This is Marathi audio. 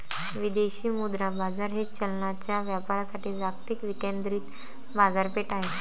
विदेशी मुद्रा बाजार हे चलनांच्या व्यापारासाठी जागतिक विकेंद्रित बाजारपेठ आहे